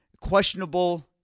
questionable